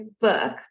book